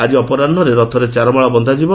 ଆକି ଅପରାହ୍ରେ ରଥରେ ଚାରମାଳ ବନ୍ଧାଯିବ